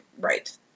Right